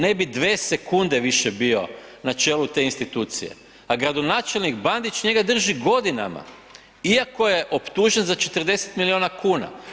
Ne bi 2 sekunde više bio na čelu te institucije, a gradonačelnik Bandić njega drži godinama iako je optužen za 40 miliona kuna.